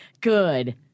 Good